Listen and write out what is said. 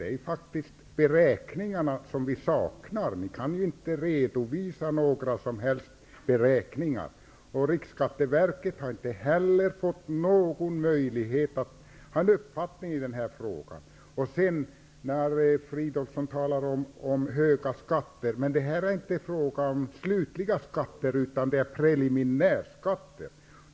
Fru talman! Det är beräkningar vi saknar. Ni kan inte redovisa några som helst beräkningar. Riksskatteverket har heller inte fått någon möjlighet att ha en uppfattning i denna fråga. Filip Fridolfsson talar om höga skatter. Men detta är inte fråga om slutliga skatter, utan det är preliminärskatter.